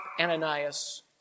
Ananias